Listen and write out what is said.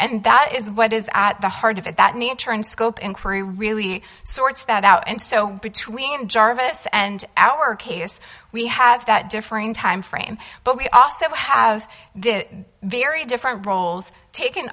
and that is what is at the heart of it that nature and scope inquiry really sorts that out and so between jarvis and our case we have that differing time frame but we also have very different roles taken